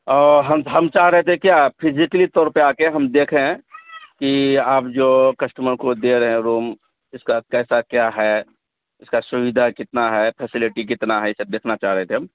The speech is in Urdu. ہم ہم چاہ رہے تھے کیا فزیکلی طور پہ آ کے ہم دیکھیں کہ آپ جو کسٹمر کو دے رہے ہیں روم اس کا کیسا کیا ہے اس کا سویدھا کتنا ہے فیسلٹی کتنا ہے یہ سب دیکھنا چاہ رہے تھے ہم